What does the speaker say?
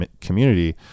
community